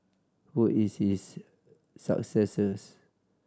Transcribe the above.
who is his successors